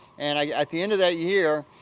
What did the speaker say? and, at the end of that year,